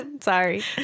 Sorry